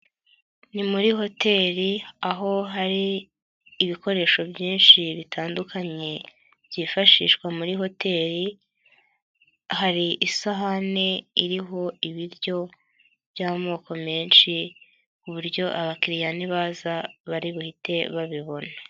Ni muri hoteli aho hari ibikoresho byinshi bitandukanye byifashishwa muri hoteli, hari isahane iriho ibiryo by'amoko menshi ku buryo abakiriya nibaza bari buhite babibona.